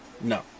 no